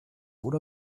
oder